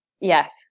Yes